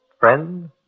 Friend